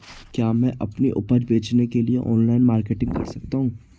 क्या मैं अपनी उपज बेचने के लिए ऑनलाइन मार्केटिंग कर सकता हूँ?